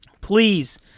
Please